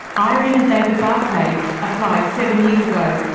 irene and david barclay applied seven years ago,